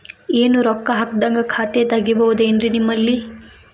ಏನು ರೊಕ್ಕ ಹಾಕದ್ಹಂಗ ಖಾತೆ ತೆಗೇಬಹುದೇನ್ರಿ ನಿಮ್ಮಲ್ಲಿ?